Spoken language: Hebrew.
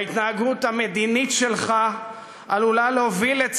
ההתנהגות המדינית שלך עלולה להוביל, לצערי,